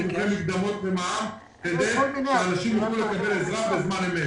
--- מקדמות ומע"מ כדי שאנשים יוכלו לקבל עזרה בזמן אמת.